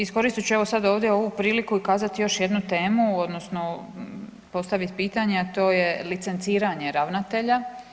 Iskoristit ću sad evo ovdje ovu priliku i kazati još jednu temu, odnosno postaviti pitanje, a to je licenciranje ravnatelja.